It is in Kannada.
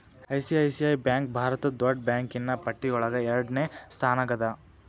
ಐ.ಸಿ.ಐ.ಸಿ.ಐ ಬ್ಯಾಂಕ್ ಭಾರತದ್ ದೊಡ್ಡ್ ಬ್ಯಾಂಕಿನ್ನ್ ಪಟ್ಟಿಯೊಳಗ ಎರಡ್ನೆ ಸ್ಥಾನ್ದಾಗದ